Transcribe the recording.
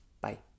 Bye